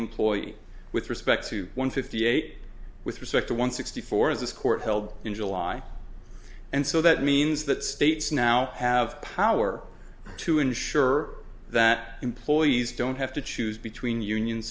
employee with respect to one fifty eight with respect to one sixty four as this court held in july and so that means that states now have power to ensure that employees don't have to choose between union